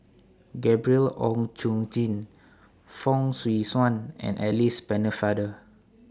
Gabriel Oon Chong Jin Fong Swee Suan and Alice Pennefather